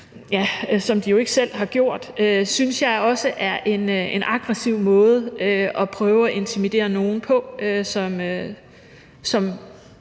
som de jo ikke selv ved er blevet gjort, er en aggressiv måde at prøve at intimidere nogen, som